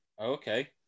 Okay